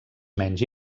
menys